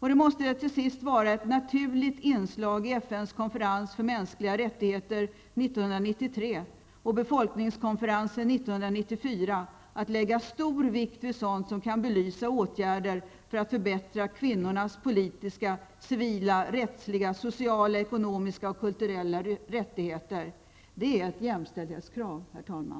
Det måste vara ett naturligt inslag i FNs konferens för mänskliga rättigheter 1993 och befolkningskonferensen 1994 att lägga stor vikt vid sådant som kan belysa åtgärder för att förbättra kvinnornas politiska, civila, rättsliga, sociala, ekonomiska och kulturella rättigheter. Det är ett jämställdhetskrav, herr talman.